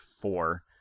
four